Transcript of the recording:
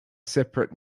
separate